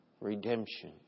redemption